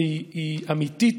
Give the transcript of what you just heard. היא אמיתית,